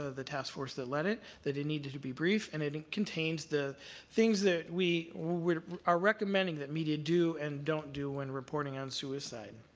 ah the task force that led it, that it needed to be brief and it contains the things that we are recommending that media do, and don't do, when reporting on suicide.